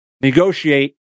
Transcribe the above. negotiate